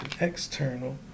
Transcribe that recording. external